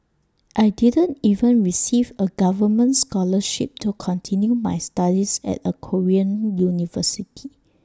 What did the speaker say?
I didn't even receive A government scholarship to continue my studies at A Korean university